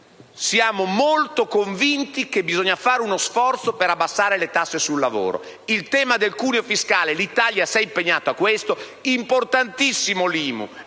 siamo fortemente convinti che bisogna fare uno sforzo per abbassare le tasse sul lavoro. Sul tema del cuneo fiscale l'Italia si è impegnata. Sono importantissime sia